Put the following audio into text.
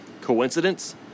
Coincidence